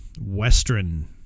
Western